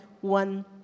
one